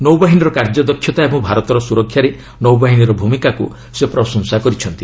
ନୌବାହିନୀର କାର୍ଯ୍ୟ ଦକ୍ଷତା ଏବଂ ଭାରତର ସୁରକ୍ଷାରେ ନୌବାହିନୀର ଭୂମିକାକୁ ସେ ପ୍ରଶଂସା କରିଛନ୍ତି